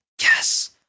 Yes